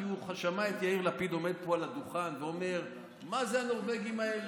כי הוא שמע את יאיר לפיד עומד פה על הדוכן ואומר: מה זה הנורבגים האלה,